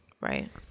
Right